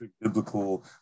biblical